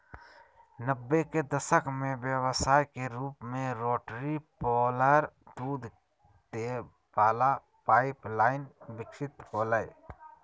नब्बे के दशक में व्यवसाय के रूप में रोटरी पार्लर दूध दे वला पाइप लाइन विकसित होलय